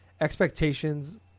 expectations